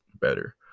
better